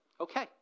Okay